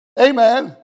amen